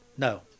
No